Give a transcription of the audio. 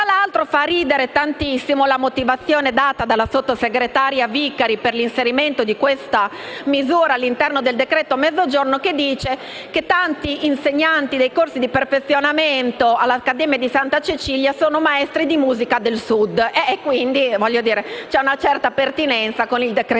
Tra l'altro, fa ridere tantissimo la motivazione data dalla ex sottosegretaria Vicari per l'inserimento di questa misura all'interno del decreto-legge per il Mezzogiorno, che ha detto che tanti insegnanti dei corsi di perfezionamento all'Accademia di Santa Cecilia sono maestri di musica del Sud e che, quindi, c'è una certa pertinenza con il decreto Mezzogiorno.